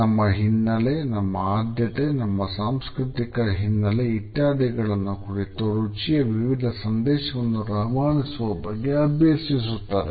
ನಮ್ಮ ಹಿನ್ನೆಲೆ ನಮ್ಮ ಆದ್ಯತೆ ನಮ್ಮ ಸಾಂಸ್ಕೃತಿಕ ಹಿನ್ನೆಲೆ ಇತ್ಯಾದಿಗಳನ್ನು ಕುರಿತು ರುಚಿಯು ವಿವಿಧ ಸಂದೇಶಗಳನ್ನು ರವಾನಿಸುವ ಬಗ್ಗೆ ಅಭ್ಯಸಿಸುತ್ತದೆ